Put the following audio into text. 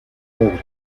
pobre